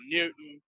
Newton